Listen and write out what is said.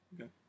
Okay